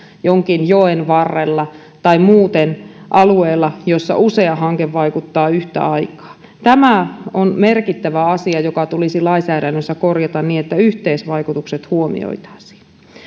jonkin joen varrella tai muuten alueella jossa usea hanke vaikuttaa yhtä aikaa tämä on merkittävä asia joka tulisi lainsäädännössä korjata niin että yhteisvaikutukset huomioitaisiin